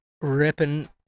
ripping